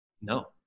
No